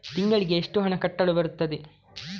ತಿಂಗಳಿಗೆ ಎಷ್ಟು ಹಣ ಕಟ್ಟಲು ಬರುತ್ತದೆ?